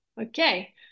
okay